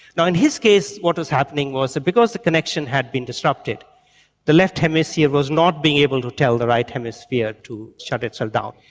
now in his case what is happening was because the connection had been disrupted the left hemisphere was not being able to tell the right hemisphere to shut itself down.